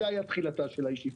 זו הייתה תחילתה של הישיבה.